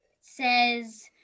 says